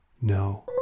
No